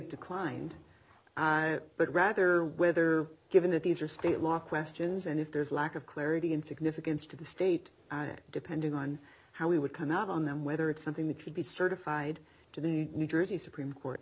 declined but rather whether given that these are state law questions and if there's a lack of clarity in significance to the state depending on how we would come out on them whether it's something that should be certified to the new jersey supreme court